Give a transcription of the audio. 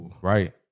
Right